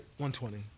$120